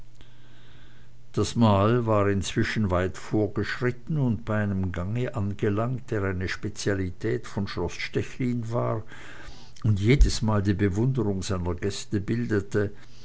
das mahl war inzwischen vorgeschritten und bei einem gange angelangt der eine spezialität von schloß stechlin war und jedesmal die bewunderung seiner gäste